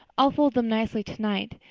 i'll fold them nicely tonight.